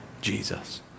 Jesus